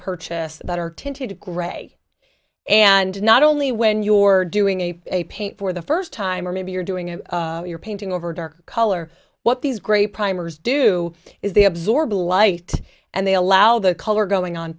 purchase that are tinted to gray and not only when you're doing a a paint for the first time or maybe you're doing your painting over dark color what these gray primers do is they absorb light and they allow the color going on